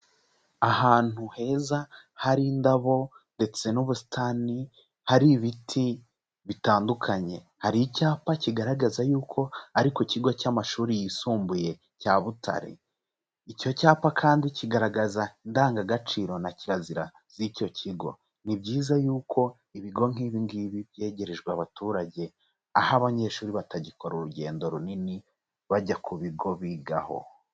Ahantu heza hari indabo ndetse n'ubusitani hari ibiti bitandukanye, hari icyapa kigaragaza yuko ari ku kigo cy'amashuri yisumbuye cya Butare, icyo cyapa kandi kigaragaza indangagaciro na kirazira z'icyo kigo. Ni byiza yuko ibigo nk'ibi ngibi byegerejwe abaturage, aho abanyeshuri batagikora urugendo runini bajya ku bigo bigaho.